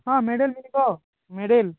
ହଁ ମେଡ଼ାଲ୍ ମିଳିବ ମେଡ଼ାଲ୍